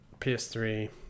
PS3